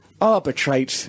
arbitrate